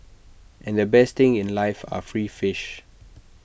and the best things in life are free fish